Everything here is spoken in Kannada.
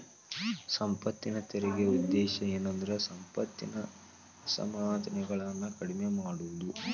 ಸಂಪತ್ತಿನ ತೆರಿಗೆ ಉದ್ದೇಶ ಏನಂದ್ರ ಸಂಪತ್ತಿನ ಅಸಮಾನತೆಗಳನ್ನ ಕಡಿಮೆ ಮಾಡುದು